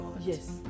Yes